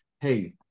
hey